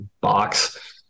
box